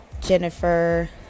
Jennifer